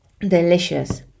delicious